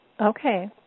Okay